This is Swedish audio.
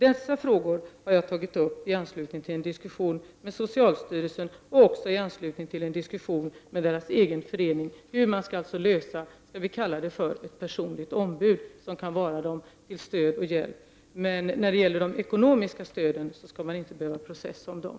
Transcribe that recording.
Frågan om hur man skall lösa problemet med ett ”personligt ombud” som kan vara till stöd och hjälp har jag tagit upp i anslutning till en diskussion med socialstyrelsen och också i anslutning till en diskussion med de berördas egen förening. Men de ekonomiska stöden skall man inte behöva processa om.